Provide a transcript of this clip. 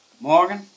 Morgan